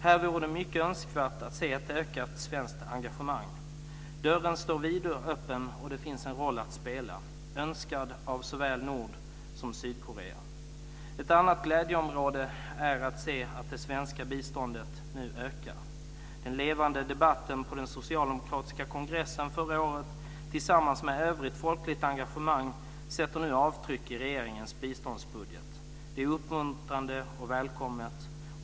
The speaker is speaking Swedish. Här vore det mycket önskvärt att se ett ökat svenskt engagemang. Dörren står vidöppen, och det finns en roll att spela - önskad av såväl Nord som Sydkorea. Ett annat glädjeområde är att se att det svenska biståndet nu ökar. Den levande debatten på den socialdemokratiska kongressen förra året tillsammans med övrigt folkligt engagemang sätter nu avtryck i regeringens biståndsbudget. Det är uppmuntrande och välkommet.